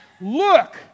Look